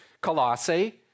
Colossae